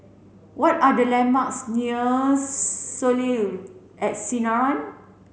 what are the landmarks near Soleil at Sinaran